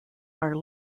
are